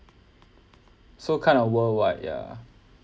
so kind of worldwide ya